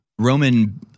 Roman